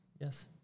Yes